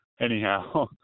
anyhow